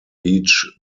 each